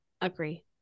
agree